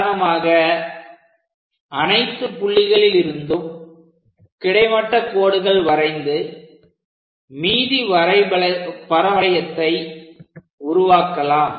உதாரணமாக அனைத்து புள்ளிகளில் இருந்தும் கிடைமட்டக் கோடுகள் வரைந்து மீதி பரவளையத்தை உருவாக்கலாம்